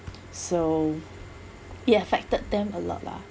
so it affected them a lot lah